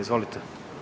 Izvolite.